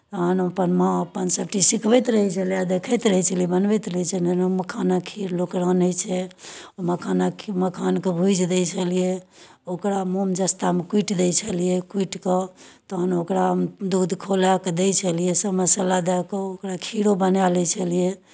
तखन ओहिपर माँ अपन सभटी सिखबैत रहै छलय देखैत रहै छलियै बनबैत रहै छलियै मखानक खीर लोक रन्है छै मखानक खीर मखानके भूजि दै छलियै ओकरा मोमजस्तामे कुटि दै छलियै कुटि कऽ तखन ओकरा दूध खौलाए कऽ दै छलियै सभ मसाला दए कऽ ओकरा खीरो बनाए लैत छलियै